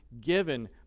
given